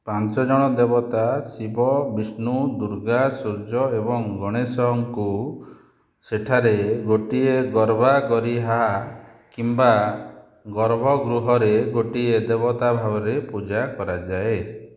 ପାଞ୍ଚଜଣ ଦେବତା ଶିବ ବିଷ୍ଣୁ ଦୁର୍ଗା ସୂର୍ଯ୍ୟ ଏବଂ ଗଣେଶଙ୍କୁ ସେଠାରେ ଗୋଟିଏ ଗର୍ଭା ଗରୀହା କିମ୍ବା ଗର୍ଭ ଗୃହରେ ଗୋଟିଏ ଦେବତା ଭାବରେ ପୂଜା କରାଯାଏ